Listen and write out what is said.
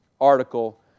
article